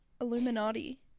Illuminati